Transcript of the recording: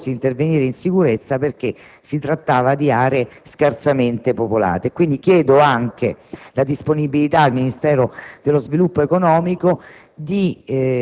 in cui si è potuto intervenire in sicurezza perché si trattava di aree scarsamente popolate. Chiedo, quindi, anche la disponibilità al Ministero dello sviluppo economico